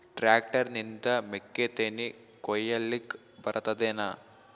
Tractor ನಿಂದ ಮೆಕ್ಕಿತೆನಿ ಕೊಯ್ಯಲಿಕ್ ಬರತದೆನ?